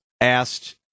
asked